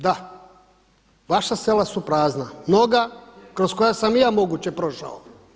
Da vaša sela su prazna, mnoga kroz koja sam i ja moguće prošao.